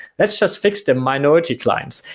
let's just fix the minority clients,